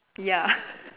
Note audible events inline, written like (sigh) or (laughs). ya (laughs)